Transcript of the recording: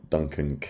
Duncan